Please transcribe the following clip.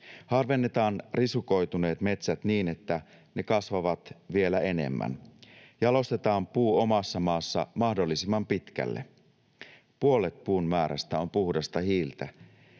harvennetaan risukoituneet metsät niin, että ne kasvavat vielä enemmän. Jalostetaan puu omassa maassa mahdollisimman pitkälle. Puolet puun määrästä on puhdasta hiiltä,